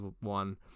one